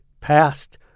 past